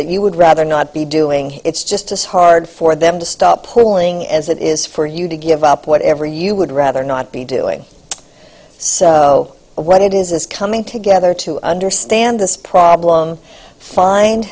that you would rather not be doing it's just hard for them to stop pulling as it is for you to give up whatever you would rather not be doing so what it is is coming together to understand this problem find